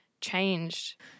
changed